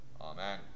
Amen